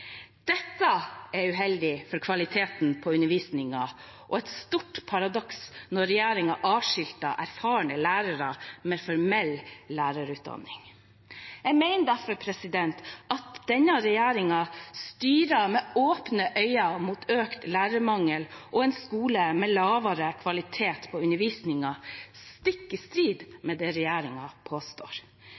Dette er uheldig for kvaliteten på undervisningen og et stort paradoks når regjeringen avskilter erfarne lærere med formell lærerutdanning. Jeg mener derfor at denne regjeringen styrer med åpne øyne mot økt lærermangel og en skole med lavere kvalitet på undervisningen, stikk i strid med det regjeringen påstår.